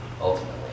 ultimately